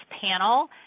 panel